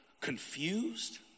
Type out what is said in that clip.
confused